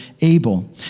Abel